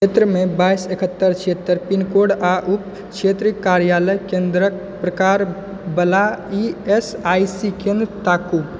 क्षेत्रमे बाइस इकहत्तर छिहत्तर पिनकोड आओर उप क्षेत्रीय कर्यालय केन्द्रके प्रकारवला ई एस आइ सी केन्द्र ताकू